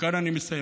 כאן אני מסיים,